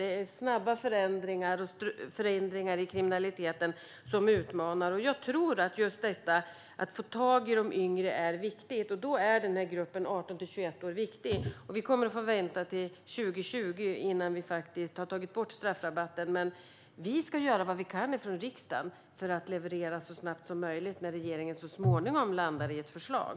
Det är snabba förändringar i kriminaliteten som utmanar. Jag tror att just detta att få tag i de yngre är viktigt. Då är gruppen 18-21-åringar viktig. Vi kommer att få vänta till 2020 innan vi faktiskt har tagit bort straffrabatten. Men vi ska göra vad vi kan från riksdagen för att leverera så snabbt som möjligt när regeringen så småningom landar i ett förslag.